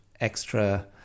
extra